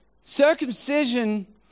Circumcision